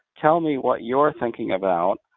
tell me what you're thinking about,